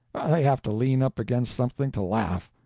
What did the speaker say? they have to lean up against something to laugh.